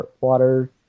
water